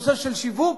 על שיווק,